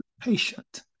patient